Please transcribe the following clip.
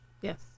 Yes